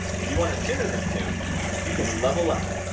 if you want it sooner than soon you can level up,